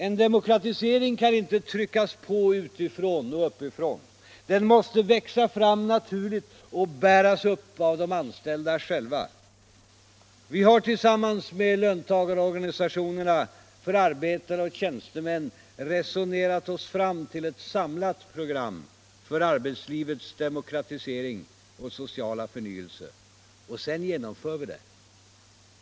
En demokratisering kan inte tryckas på utifrån och uppifrån. Den måste växa fram naturligt och bäras upp av de anställda själva. Vi har tillsammans med löntagarorganisationerna för arbetare och tjänstemän resonerat oss fram till ett samlat program för arbetslivets demokratisering och sociala förnyelse. Och sedan genomför vi det.